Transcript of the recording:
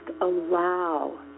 allow